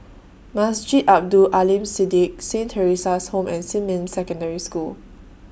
Masjid Abdul Aleem Siddique Saint Theresa's Home and Xinmin Secondary School